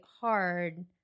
hard